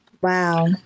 Wow